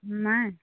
নাই